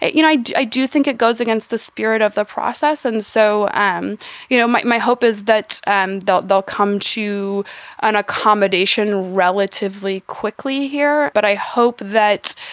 you know, i do think it goes against the spirit of the process. and so, um you know, my my hope is that and they'll they'll come to an accommodation relatively quickly here. but i hope that,